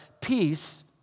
Peace